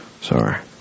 Sorry